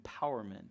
empowerment